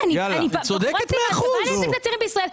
אני מייצגת את הצעירים בישראל.